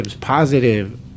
positive